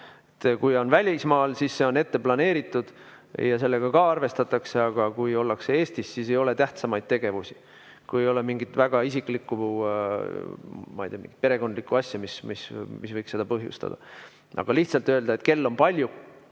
Kui ollakse välismaal, siis see on ette planeeritud ja sellega ka arvestatakse. Aga kui ollakse Eestis, siis ei ole tähtsamaid tegevusi, kui ei ole mingit väga isiklikku, ma ei tea, perekondlikku asja, mis võiks seda põhjustada. Aga lihtsalt öelda, et kell on palju